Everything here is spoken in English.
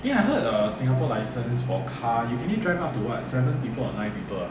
ya so this is something err they call it the ultravirus